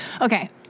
Okay